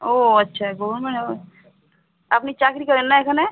ও আচ্ছা আপনি চাকরি করেন না এখানে